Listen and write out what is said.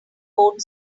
boat